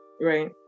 right